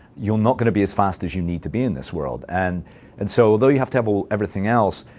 you're not going to be as fast as you need to be in this world. and and so although you have to have everything else,